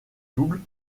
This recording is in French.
doubles